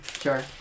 sure